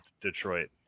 Detroit